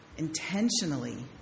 intentionally